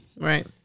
Right